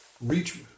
reach